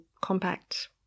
compact